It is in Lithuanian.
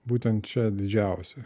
būtent čia didžiausi